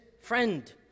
friend